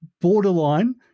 borderline